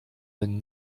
then